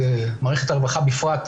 מערכת הרווחה בפרט,